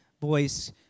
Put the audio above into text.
voice